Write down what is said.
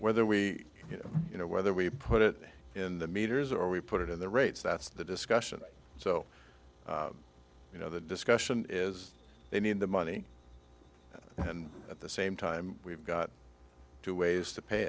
know whether we put it in the meters or we put it in the rates that's the discussion so you know the discussion is they need the money and at the same time we've got two ways to pay